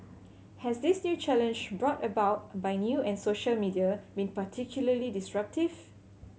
has this new challenge brought about by new and social media been particularly disruptive